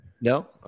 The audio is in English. No